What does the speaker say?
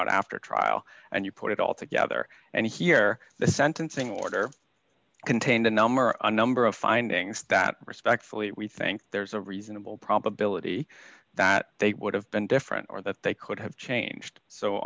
out after trial and you put it all together and here the sentencing order contained a number of number of findings that respectfully we think there's a reasonable probability that they would have been different or that they could have changed so